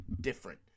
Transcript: different